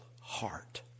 heart